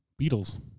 Beatles